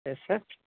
یس سر